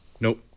Nope